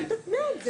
אבל תצביע על זה.